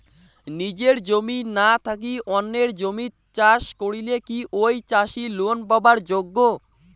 নিজের জমি না থাকি অন্যের জমিত চাষ করিলে কি ঐ চাষী লোন পাবার যোগ্য?